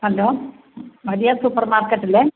hello Maria super മാർക്കറ്റല്ലെ